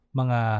mga